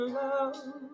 love